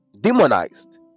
demonized